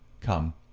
Come